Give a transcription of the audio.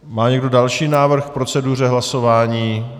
Má někdo další návrh k proceduře hlasování?